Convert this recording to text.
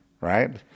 right